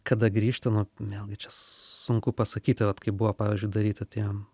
kada grįžti nu vėlgi čia sunku pasakyti vat kaip buvo pavyzdžiui daryta tie